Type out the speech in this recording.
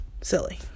silly